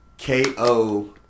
KO